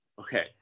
Okay